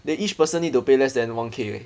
they each person need to pay less than one K eh